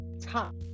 top